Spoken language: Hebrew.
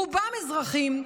רובם אזרחים,